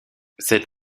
cette